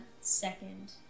second